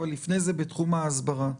אבל לפני זה בתחום ההסברה.